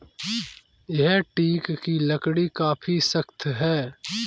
यह टीक की लकड़ी काफी सख्त है